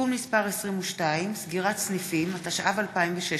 (תיקון מס' 22) (סגירת סניפים), התשע"ו 2016,